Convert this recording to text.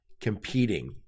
competing